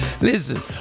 Listen